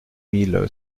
mille